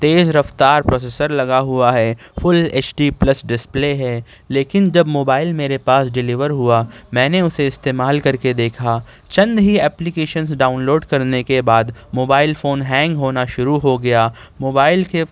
تیز رفتار پروسیسر لگا ہوا ہے full H D plus display ہے لیکن جب موبائل میرے پاس ڈلیور ہوا میں نے اسے استعمال کر کے دیکھا چند ہی اپلیکیشنز ڈاؤن لوڈ کرنے کے بعد موبائل فون ہینگ ہونا شروع ہو گیا موبائل کے